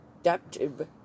adaptive